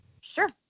Sure